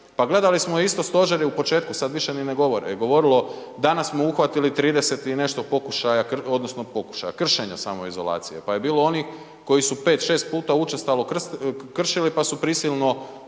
Pa gledali smo isto, stožer je u početku, sad više ni ne govore, danas smo uhvatili 30 i nešto pokušaja odnosno kršenja samoizolacije, pa je bilo onih koji su 5-6 puta učestalo kršili pa su prisilno